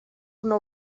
una